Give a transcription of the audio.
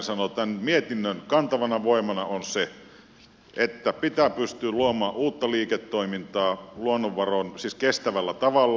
tämän mietinnön kantavana voimana on se että pitää pystyä luomaan uutta liiketoimintaa kestävällä tavalla